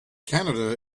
canada